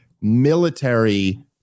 military